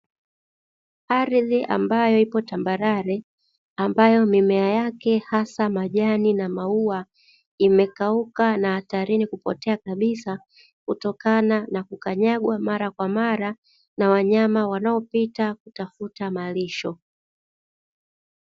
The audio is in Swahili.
Ardhi ambayo ipo tambarare, ambayo mimea yake hasa majani na maua imekauka na hatarini kupotea kabisa, kutokana na kukanyagwa mara kwa mara na wanyama wanaopita kutafuta malisho.